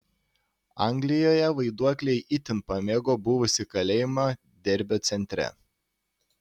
anglijoje vaiduokliai itin pamėgo buvusį kalėjimą derbio centre